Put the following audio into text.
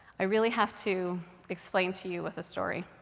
i really have to explain to you with a story.